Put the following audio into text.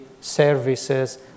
services